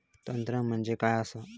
तंत्र म्हणजे काय असा?